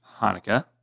Hanukkah